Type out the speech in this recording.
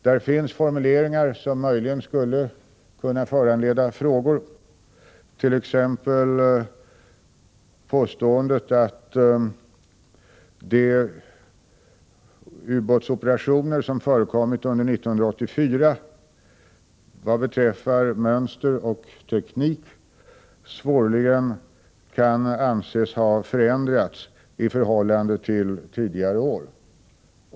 Där finns formuleringar som möjligen skulle kunna föranleda frågor, t.ex. påståendet att de ubåtsoperationer som förekommit under 1984 vad beträffar mönster och teknik svårligen kan ha förändrats i förhållande till tidigare år.